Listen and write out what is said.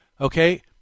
Okay